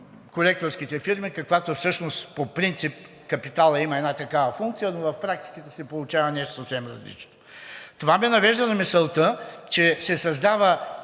колекторските фирми, каквато всъщност по принцип капиталът има една такава функция, но в практиката се получава нещо съвсем различно. Това ме навежда на мисълта, че се създава